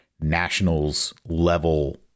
nationals-level